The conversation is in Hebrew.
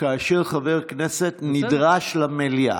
כאשר חבר כנסת נדרש למליאה.